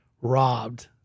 robbed